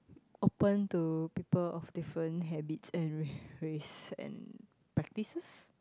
open to people of different habits and race and practices